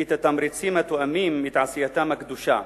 את התמריצים התואמים את עשייתם הקדושה,